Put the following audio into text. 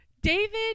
David